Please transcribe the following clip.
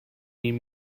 need